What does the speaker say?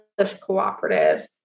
cooperatives